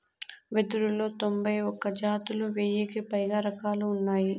వెదురులో తొంభై ఒక్క జాతులు, వెయ్యికి పైగా రకాలు ఉన్నాయి